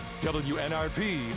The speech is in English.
WNRP